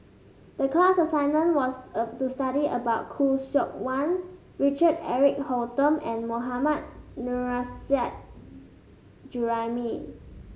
the class assignment was of to study about Khoo Seok Wan Richard Eric Holttum and Mohammad Nurrasyid Juraimi